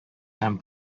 һәм